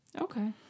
Okay